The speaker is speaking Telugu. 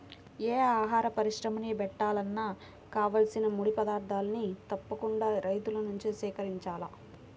యే ఆహార పరిశ్రమని బెట్టాలన్నా కావాల్సిన ముడి పదార్థాల్ని తప్పకుండా రైతుల నుంచే సేకరించాల